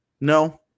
No